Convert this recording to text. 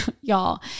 y'all